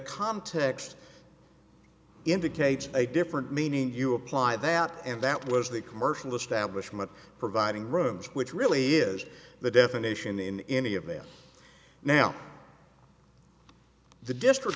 context indicates a different meaning you apply that and that was the commercial establishment providing rooms which really is the definition in any of them now the district